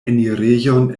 enirejon